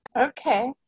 Okay